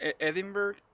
Edinburgh